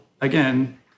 again